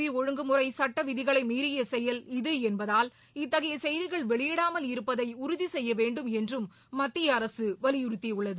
we ஒழுங்குமுறை சுட்ட விதிகளை மீறிய செயல் இது என்பதால் இத்தகைய செய்திகள் வெளியிடாமல் இருப்பதை உறுதி செய்ய வேண்டும் என்றும் மத்திய அரசு வலியுறுத்தியுள்ளது